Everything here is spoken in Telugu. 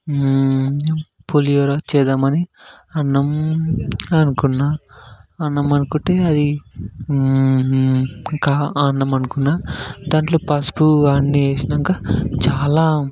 పులిహోర చేద్దామని అన్నం అనుకున్న అన్నం అనుకుంటే అది ఇంకా ఆ అన్నం అనుకున్నాను దాంట్లో పసుపు అన్ని వేసాక చాలా